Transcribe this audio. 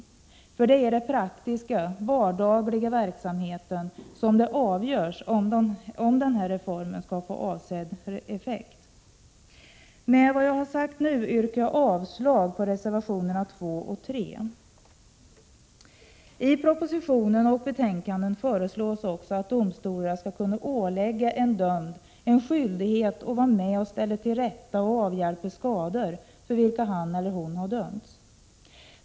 Det är nämligen i den praktiska, vardagliga verksamheten som det avgörs om reformen skall få avsedd effekt. Med vad jag nu har sagt yrkar jag avslag på reservationerna 2 och 3. I propositionen och betänkandet föreslås också att domstolarna skall kunna ålägga en dömd skyldighet att vara med och ställa till rätta och avhjälpa skador för vilka han eller hon har dömts.